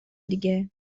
دیگه